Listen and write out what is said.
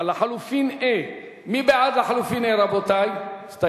סיעת האיחוד הלאומי לסעיף 1 לא נתקבלה.